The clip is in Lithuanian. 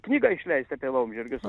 knygą išleist apie laumžirgius